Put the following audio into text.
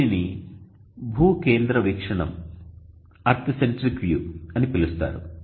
దీనిని భూకేంద్ర వీక్షణం అని పిలుస్తారు